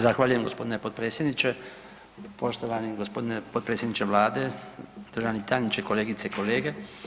Zahvaljujem g. potpredsjedniče, poštovani g. potpredsjedniče Vlade, državni tajniče, kolegice i kolege.